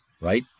right